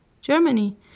Germany